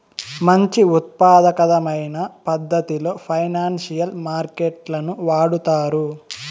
మంచి ఉత్పాదకమైన పద్ధతిలో ఫైనాన్సియల్ మార్కెట్ లను వాడుతారు